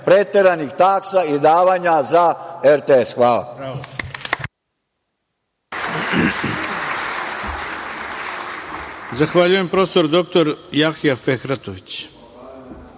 preteranih taksa i davanja za RTS. Hvala.